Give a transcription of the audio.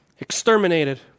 exterminated